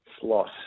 slot